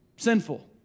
sinful